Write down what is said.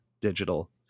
digital